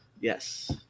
Yes